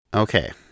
Okay